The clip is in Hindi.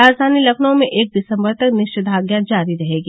राजधानी लखनऊ में एक दिसंबर तक निषेधाज्ञा जारी रहेगी